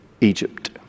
Egypt